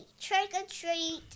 trick-or-treat